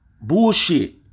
bullshit